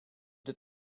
dit